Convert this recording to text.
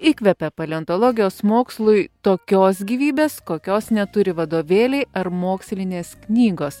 įkvepia paleontologijos mokslui tokios gyvybės kokios neturi vadovėliai ar mokslinės knygos